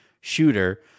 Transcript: shooter